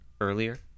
earlier